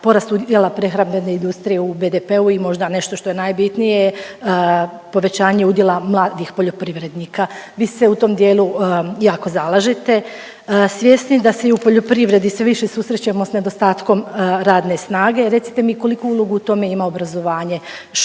porast udjela prehrambene industrije u BDP-u i možda nešto što je najbitnije, povećanje udjela mladih poljoprivrednika. Vi se u tom dijelu jako zalažete. Svjesni da se i u poljoprivredi sve više susrećemo s nedostatkom radne snage, recite mi koliku ulogu u tome ima obrazovanje što